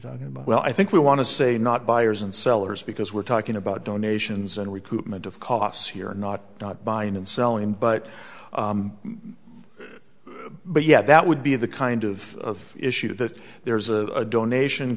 know well i think we want to say not buyers and sellers because we're talking about donations and recruitment of costs here not buying and selling but but yeah that would be the kind of issue that there's a donation